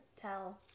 tell